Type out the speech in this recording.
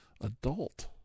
adult